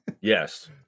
Yes